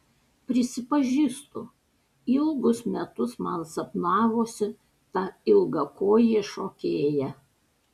prisipažįstu ilgus metus man sapnavosi ta ilgakojė šokėja